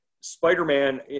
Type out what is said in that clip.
Spider-Man